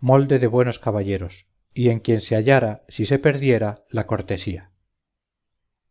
molde de buenos caballeros y en quien se hallara si se perdiera la cortesía